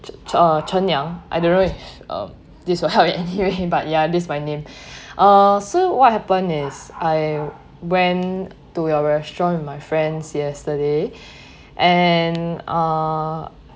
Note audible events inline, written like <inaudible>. uh cheng young I don't know uh this will help you <laughs> adhere him but ya this my name <breath> uh so what happened is I went to your restaurant with my friends yesterday <breath> and uh